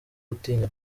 gutinya